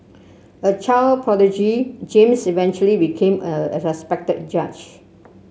a child prodigy James eventually became a a respected judge